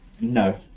no